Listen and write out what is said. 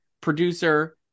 producer